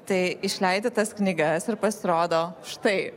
tai išleidi tas knygas ir pasirodo štai